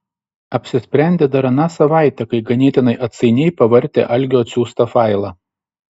apsisprendė dar aną savaitę kai ganėtinai atsainiai pavartė algio atsiųstą failą